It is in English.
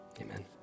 amen